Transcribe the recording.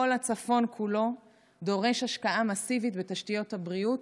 כל הצפון כולו דורש השקעה מסיבית בתשתיות הבריאות,